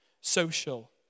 social